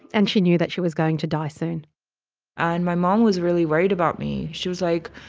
and she knew that she was going to die soon and my mom was really worried about me. she was like,